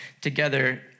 together